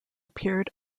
appeared